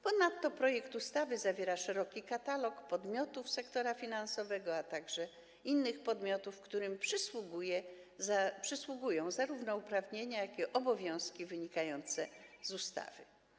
Ponadto projekt ustawy zawiera szeroki katalog podmiotów sektora finansowego, a także innych podmiotów, których dotyczą zarówno uprawnienia, jak i obowiązki wynikające z ustawy.